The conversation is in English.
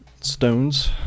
Stones